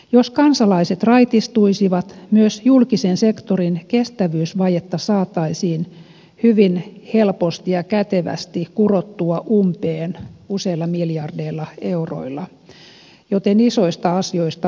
jos kansalaiset raitistuisivat myös julkisen sektorin kestävyysvajetta saataisiin hyvin helposti ja kätevästi kurottua umpeen useilla miljardeilla euroilla joten isoista asioista on kysymys